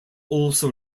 also